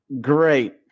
great